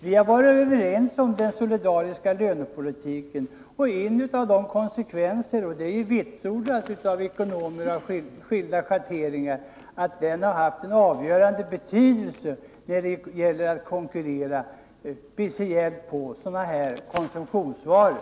Vi har varit överens om den solidariska lönepolitiken, och det har ju vitsordats av ekonomer av skilda schatteringar att den haft en avgörande betydelse för konkurrensen speciellt beträffande sådana här konsumtionsvaror.